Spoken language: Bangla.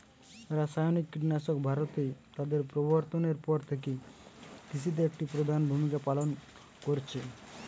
রাসায়নিক কীটনাশক ভারতে তাদের প্রবর্তনের পর থেকে কৃষিতে একটি প্রধান ভূমিকা পালন করেছে